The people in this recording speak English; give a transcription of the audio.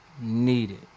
needed